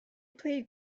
played